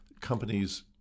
companies